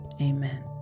Amen